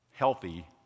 healthy